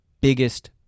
biggest